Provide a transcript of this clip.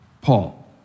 Paul